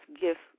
gift